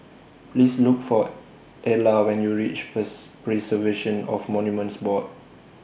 Please Look For Ela when YOU REACH Preservation of Monuments Board